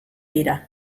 dira